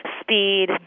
speed